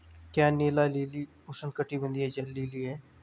क्या नीला लिली उष्णकटिबंधीय जल लिली है?